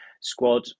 squad